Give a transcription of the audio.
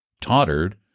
tottered